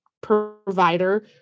provider